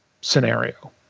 scenario